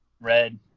Red